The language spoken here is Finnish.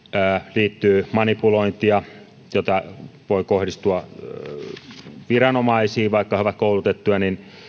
liittyy manipulointia joka voi kohdistua viranomaisiin vaikka he ovat koulutettuja